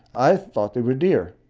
i thought they were deer,